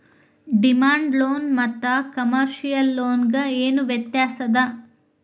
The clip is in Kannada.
ಡಿಮಾಂಡ್ ಲೋನ ಮತ್ತ ಕಮರ್ಶಿಯಲ್ ಲೊನ್ ಗೆ ಏನ್ ವ್ಯತ್ಯಾಸದ?